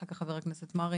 אחר כך חבר הכנסת מרעי.